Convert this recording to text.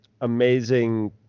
amazing